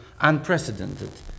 unprecedented